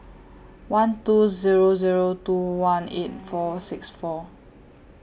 one two Zero Zero two one eight four six four